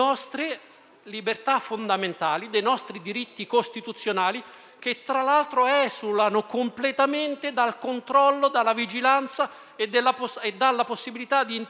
libertà fondamentali e dei nostri diritti costituzionali, che tra l'altro esulano completamente dal controllo, dalla vigilanza e dalla possibilità di intervento